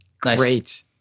Great